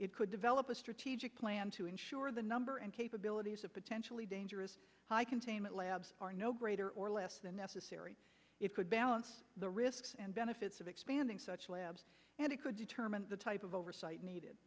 it could develop a strategic plan to ensure the number and capabilities of potentially dangerous high containment labs are no greater or less than necessary it could balance the risks and benefits of expanding such labs and it could determine the type of oversight needed